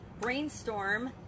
brainstorm